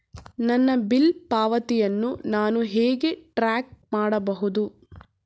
ನನ್ನ ಬಿಲ್ ಪಾವತಿಯನ್ನು ನಾನು ಹೇಗೆ ಟ್ರ್ಯಾಕ್ ಮಾಡಬಹುದು?